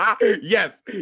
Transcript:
Yes